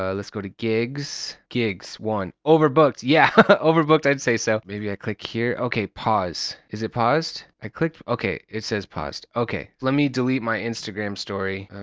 ah let's go to gigs. gigs, one, overbooked. yeah overbooked i'd say. so maybe i click here. okay, pause. is it paused? i click, okay, it says paused. okay. let me delete my instagram story.